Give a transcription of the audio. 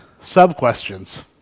sub-questions